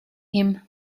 him